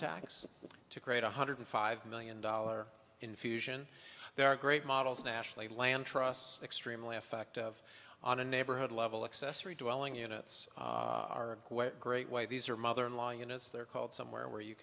tax to create one hundred five million dollar infusion there are great models nationally land trusts extremely effective on a neighborhood level accessory dwelling units are great way these are mother in law units they're called somewhere where you